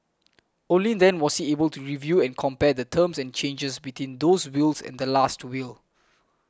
only then was he able to review and compare the terms and changes between those wills and the Last Will